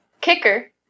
Kicker